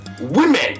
women